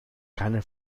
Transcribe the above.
keine